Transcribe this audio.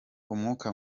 umwuka